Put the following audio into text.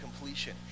completion